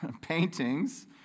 paintings